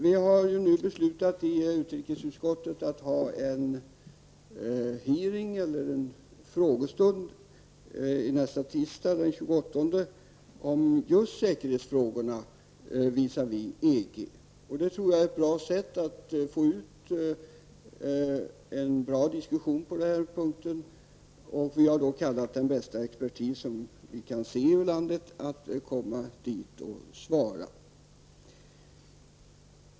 Vi har ju nu i utrikesutskottet beslutat att ha en utfrågning nästa tisdag, den 28, om just säkerhetsfrågorna visavi EG. Det tror jag är ett bra sätt att få till stånd en bra diskussion på den punkten. Vi har bett den bästa expertis som vi kan se i landet komma dit och svara.